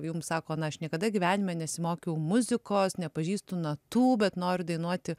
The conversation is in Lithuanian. jums sako na aš niekada gyvenime nesimokiau muzikos nepažįstu natų bet noriu dainuoti